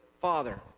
father